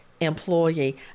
employee